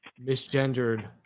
misgendered